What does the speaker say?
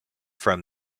from